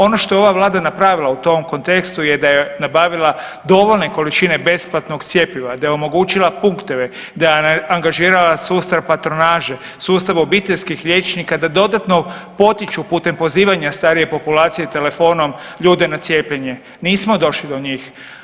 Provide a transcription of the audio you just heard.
Ono što je ova vlada napravila u tom kontekstu je da je nabavila dovoljne količine besplatnog cjepiva, da je omogućila punkteve, da je angažirala sustav patronaže, sustav obiteljskih liječnika da dodatno potiču putem pozivanja starije populacije telefonom ljude na cijepljenje, nismo došli do njih.